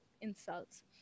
insults